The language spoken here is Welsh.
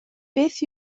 beth